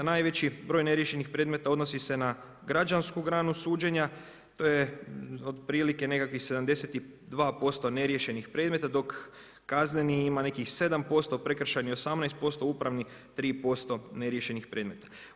Najveći broj neriješenih predmeta, odnosi se na građansku granu suđenja, to je otprilike nekakvih 72% neriješenih predmeta, dok Kazneni ima nekih 7%, prekršajni 18% a upravi 3% neriješenih predmeta.